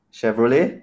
Chevrolet